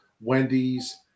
wendy's